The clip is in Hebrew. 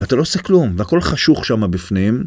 אתה לא עושה כלום והכל חשוך שם בפנים